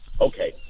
Okay